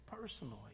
personally